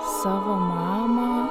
savo mamą